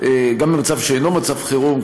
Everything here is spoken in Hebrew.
במצב שאינו מצב חירום,